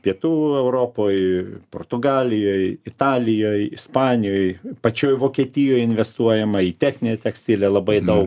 pietų europoj portugalijoj italijoj ispanijoj pačioj vokietijoj investuojama į techninę tekstilę labai daug